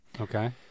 Okay